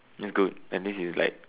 let's go and this is like